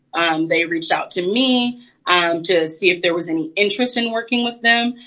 um they reach out to me um to see if there was any interest in working with them.